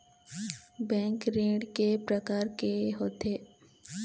Bank ऋण के प्रकार के होथे?